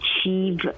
achieve